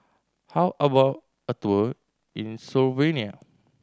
how about a tour in Slovenia